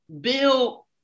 Bill